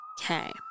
Okay